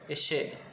एसे